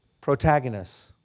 Protagonists